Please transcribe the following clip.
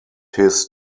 his